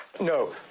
No